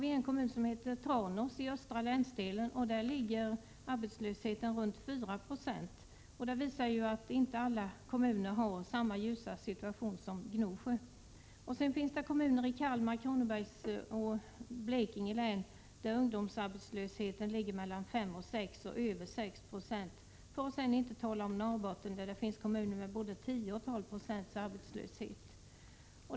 I Tranås kommun i östra länsdelen ligger arbetslösheten däremot på omkring 4 26. Alla kommuner har alltså inte samma ljusa situation som Gnosjö. I Kalmar, Kronobergs och Blekinge län finns det kommuner där ungdomsarbetslösheten uppgår till mellan 5 och 6 96 eller över 6 Je — för att inte tala om Norrbotten, där det finns kommuner med mellan 10 och 12 96 arbetslöshet.